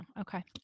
Okay